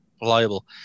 reliable